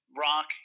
rock